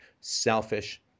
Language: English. selfish